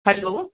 hello